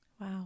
Wow